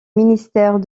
ministère